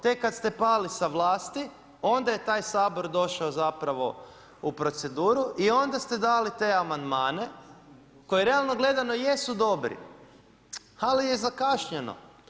Tek kada ste pali sa vlasti onda je taj Sabor došao u proceduru i onda ste dali te amandmane koje realno gledano jesu dobri, ali je zakašnjelo.